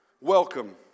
welcome